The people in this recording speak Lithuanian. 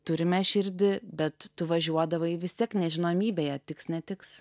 turime širdį bet tu važiuodavai vis tiek nežinomybėje tiks netiks